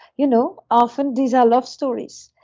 you know often these are love stories.